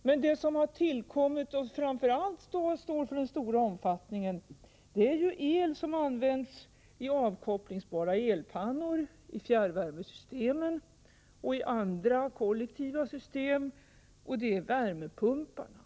Men vad som har tillkommit och som framför allt står för den stora omfattningen är el som används i avkopplingsbara elpannor, i fjärrvärmesystemen, i andra kollektiva system och i värmepumparna.